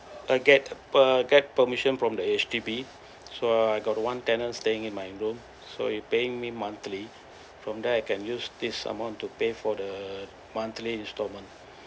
uh get uh get permission from the H_D_B so I got one tenant staying in my room so he paying me monthly from there I can use this amount to pay for the monthly instalment